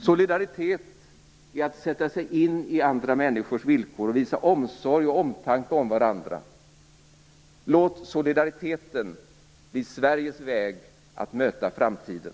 Solidaritet är att sätta sig in i andra människors villkor och visa omsorg och omtanke om varandra. Låt solidariteten bli Sveriges väg att möta framtiden!